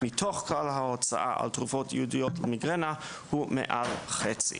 מתוך כלל ההוצאה על תרופות ייעודיות למיגרנה הוא מעל חצי.